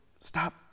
stop